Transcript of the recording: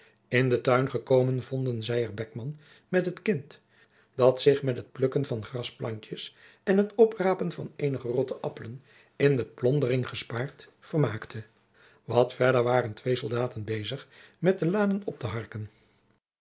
in den tuin gekomen vonden zij er beckman met het kind dat zich met het plukken van grasplantjes en het oprapen van eenige rotte appelen in de plondering gespaard vermaakte wat verder waren twee soldaten bezig met de lanen op te harken